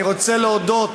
אני רוצה להודות